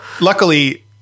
luckily